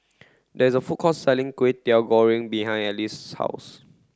there is a food court selling Kway Teow Goreng behind Alice's house